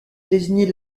désigner